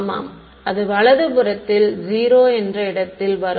ஆமாம் அது வலது புறத்தில் 0 என்ற இடத்தில் வரும்